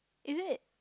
is it